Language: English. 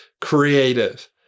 creative